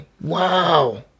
Wow